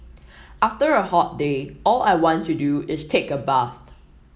after a hot day all I want to do is take a bath